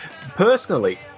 Personally